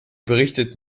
berichtet